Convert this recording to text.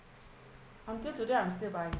until today I'm still buying